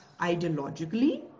ideologically